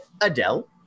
Adele